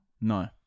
No